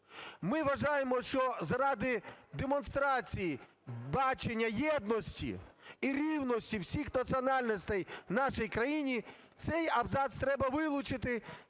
Ми вважаємо, що заради демонстрації бачення єдності і рівності всіх національностей в нашій країні, цей абзац треба вилучити